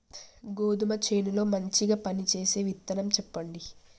గోధుమ చేను లో మంచిగా పనిచేసే విత్తనం చెప్పండి?